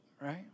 right